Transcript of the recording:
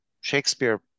Shakespeare